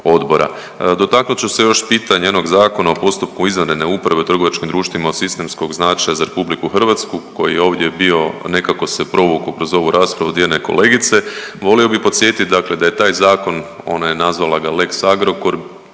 Dotaknut ću se još pitanja jednog Zakona o postupku izvanredne uprave u trgovačkim društvima od sistemskog značaja za RH koji je ovdje bio, nekako se provukao kroz ovu raspravu od jedne kolegice. Volio bih podsjetiti dakle da je taj zakon ona je nazvala ga lex Agrokor